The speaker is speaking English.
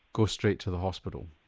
go straight to the hospital?